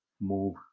move